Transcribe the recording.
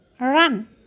Run